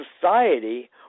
society